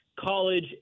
college